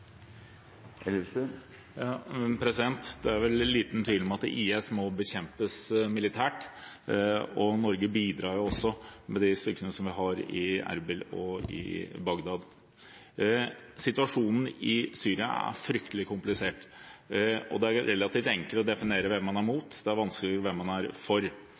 Elvestuen til oppfølgingsspørsmål. Det er vel liten tvil om at IS må bekjempes militært, og Norge bidrar også med de styrkene vi har i Erbil og i Bagdad. Situasjonen i Syria er fryktelig komplisert, og det er relativt enkelt å definere hvem man er mot; det er vanskeligere hvem man er for.